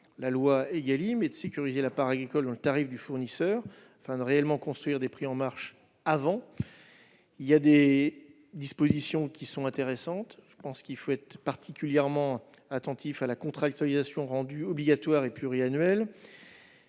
la loi Égalim et de sécuriser la part agricole dans le tarif du fournisseur afin de réellement construire des prix en marche avant. Certaines dispositions sont intéressantes. Il convient notamment d'être particulièrement attentif à la contractualisation, rendue obligatoire et pluriannuelle.